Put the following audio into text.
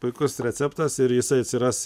puikus receptas ir jisai atsiras